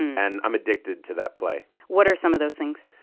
and i'm addicted to that play what are some of those things?